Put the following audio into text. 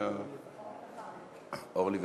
אורלי וחמד?